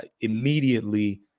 immediately